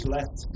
Left